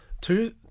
Two